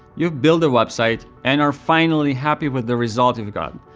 you've built a website and are finally happy with the result you've got.